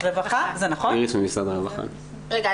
איריס ממשרד הרווחה, זה נכון?